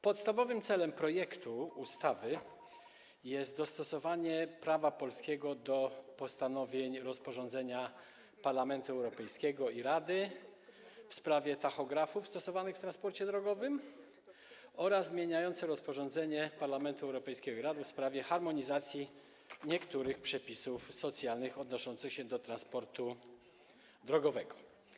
Podstawowym celem projektu ustawy jest dostosowanie polskiego prawa do postanowień rozporządzenia Parlamentu Europejskiego i Rady w sprawie tachografów stosowanych w transporcie drogowym oraz zmieniającego rozporządzenie Parlamentu Europejskiego i Rady w sprawie harmonizacji niektórych przepisów socjalnych odnoszących się do transportu drogowego.